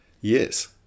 Yes